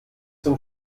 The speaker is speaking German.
zum